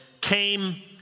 came